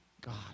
God